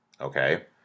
Okay